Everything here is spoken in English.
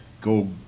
go